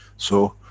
so,